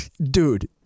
Dude